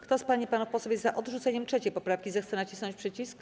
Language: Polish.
Kto z pań i panów posłów jest za odrzuceniem 3. poprawki, zechce nacisnąć przycisk.